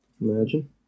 Imagine